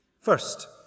First